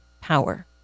power